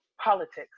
politics